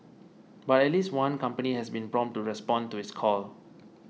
but at least one company has been prompt to respond to his call